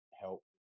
help